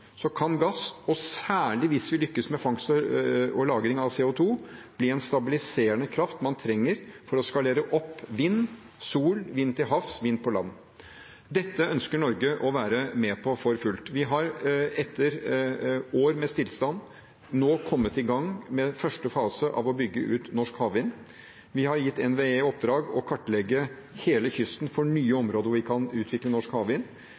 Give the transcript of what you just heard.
kan gass – og særlig hvis vi lykkes med fangst og lagring av CO 2 – bli en stabiliserende kraft man trenger for å skalere opp vind, sol, vind til havs, vind på land. Dette ønsker Norge å være med på for fullt. Vi har etter år med stillstand nå kommet i gang med første fase av å bygge ut norsk havvind. Vi har gitt NVE i oppdrag å kartlegge hele kysten for nye områder hvor vi kan utvikle norsk